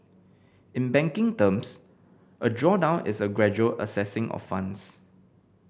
in banking terms a drawdown is a gradual accessing of funds